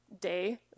day